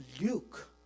Luke